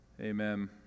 Amen